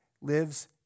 lives